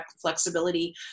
flexibility